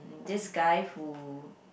this guy who